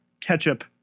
ketchup